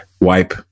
wipe